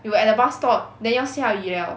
we were at the bus stop then 要下雨了